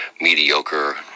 mediocre